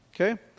Okay